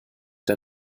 der